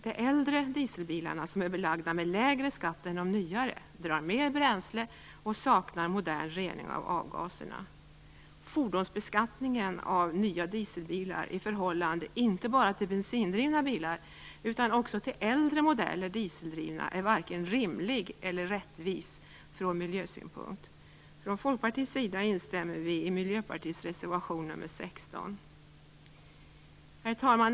De äldre dieselbilarna, som är belagda med lägre skatt än de nyare, drar mer bränsle och saknar modern rening av avgaserna. Fordonsbeskattningen av nya dieselbilar i förhållande till inte bara bensindrivna bilar utan också äldre modeller av dieseldrivna bilar är varken rimlig eller rättvis från miljösynpunkt. Från Folkpartiets sida instämmer vi i Miljöpartiets reservation nr 16. Herr talman!